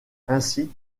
ainsi